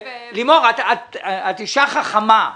לימור, את אישה חכמה.